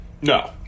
No